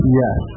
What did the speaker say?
yes